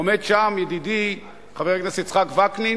עומד שם ידידי חבר הכנסת וקנין,